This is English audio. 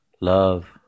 love